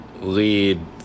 lead